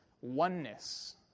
oneness